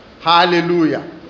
hallelujah